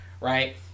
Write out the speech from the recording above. right